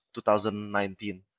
2019